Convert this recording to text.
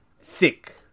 thick